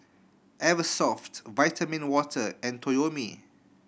Eversoft Vitamin Water and Toyomi